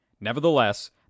nevertheless